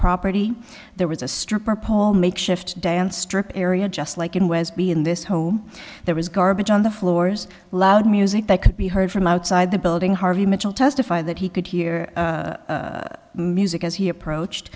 property there was a stripper pole makeshift dance strip area just like in west b in this home there was garbage on the floors loud music they could be heard from outside the building harvey mitchell testified that he could hear music as he approached